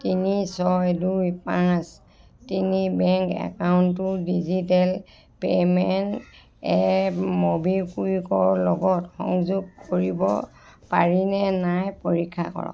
তিনি ছয় দুই পাঁচ তিনি বেংক একাউন্টটো ডিজিটেল পে'মেন্ট এপ ম'বিকুইকৰ লগত সংযোগ কৰিব পাৰিনে নাই পৰীক্ষা কৰক